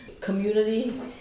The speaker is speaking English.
community